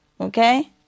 okay